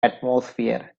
atmosphere